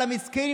על המסכנים,